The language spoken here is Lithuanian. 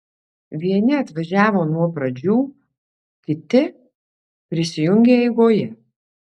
vieni atvažiavo nuo pradžių kiti prisijungė eigoje